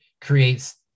creates